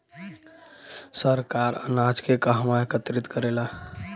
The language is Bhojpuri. सरकार अनाज के कहवा एकत्रित करेला?